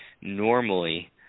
normally